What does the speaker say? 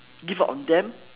give up on them